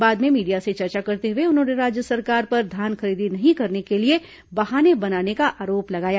बाद में मीडिया से चर्चा करते हुए उन्होंने राज्य सरकार पर धान खरीदी नहीं करने के लिए बहाने बनाने का आरोप लगाया